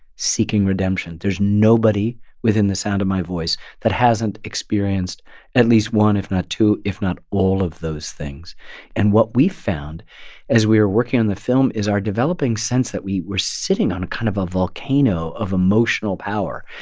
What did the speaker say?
seeking redemption. there's nobody within the sound of my voice that hasn't experienced at least one if not two if not all of those things and what we found as we were working on the film is our developing sense that we were sitting on kind of a volcano of emotional power.